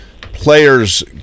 players